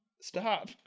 Stop